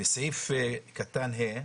בסעיף קטן (ה)